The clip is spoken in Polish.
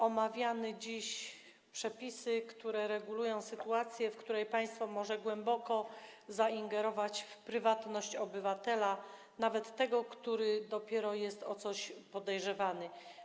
Omawiamy dziś przepisy, które regulują sytuację, w której państwo może głęboko zaingerować w prywatność obywatela, nawet tego, który dopiero jest o coś podejrzewany.